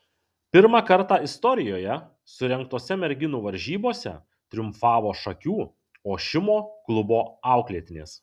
pirmą kartą istorijoje surengtose merginų varžybose triumfavo šakių ošimo klubo auklėtinės